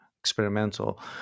experimental